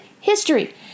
history